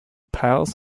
piles